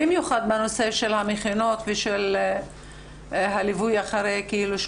במיוחד בנושא של המכינות ושל הליווי אחרי 18,